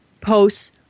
posts